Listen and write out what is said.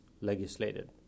legislated